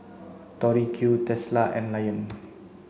Tori Q Tesla and Lion